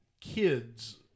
kids